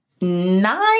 nine